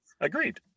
agreed